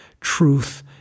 truth